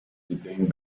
detained